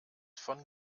von